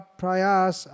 prayas